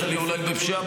אולי יש עלייה בפשיעה.